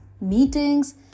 meetings